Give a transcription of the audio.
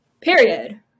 Period